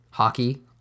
hockey